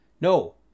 No